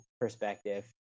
perspective